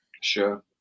Sure